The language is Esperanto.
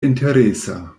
interesa